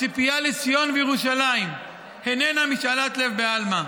הציפייה לציון וירושלים איננה משאלת לב בעלמא,